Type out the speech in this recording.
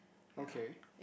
okay